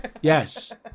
Yes